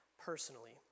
personally